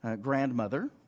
grandmother